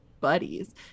buddies